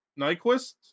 Nyquist